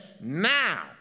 now